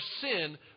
sin